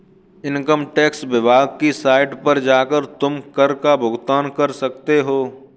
income tax विभाग की site पर जाकर तुम कर का भुगतान कर सकते हो